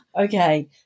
okay